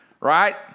right